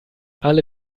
alle